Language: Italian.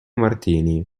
martini